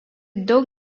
daug